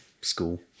school